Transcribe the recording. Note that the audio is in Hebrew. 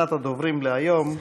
אחרונת הדוברים היום,